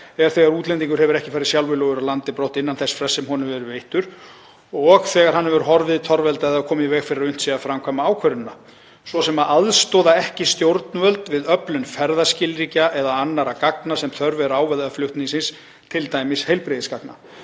er þegar útlendingur hefur ekki farið sjálfviljugur af landi brott innan þess frests sem honum hefur verið veittur og þegar hann hefur horfið, torveldað eða komið í veg fyrir að unnt sé að framkvæma ákvörðunina, svo sem að aðstoða ekki stjórnvöld við öflun ferðaskilríkja eða annarra gagna sem þörf er á vegna flutningsins, til dæmis heilbrigðisgagna.“